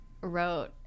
wrote